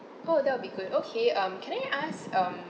oh that will be good okay um can I ask um